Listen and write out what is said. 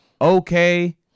okay